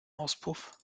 auspuff